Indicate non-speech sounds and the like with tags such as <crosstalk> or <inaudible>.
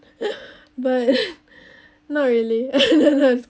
<laughs> but not really <laughs> no no